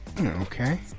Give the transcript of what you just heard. okay